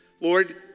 Lord